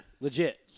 Legit